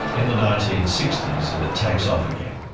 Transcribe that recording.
in the nineteen sixty s and it takes off again,